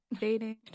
dating